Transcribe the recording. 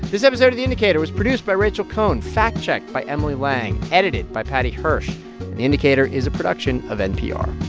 this episode of the indicator was produced by rachel cohn, fact-checked by emily lang, edited by paddy hirsch. and the indicator is a production of npr